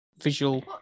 visual